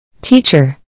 Teacher